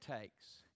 takes